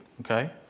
Okay